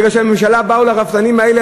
כי הממשלה באה לרפתנים האלה,